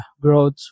growth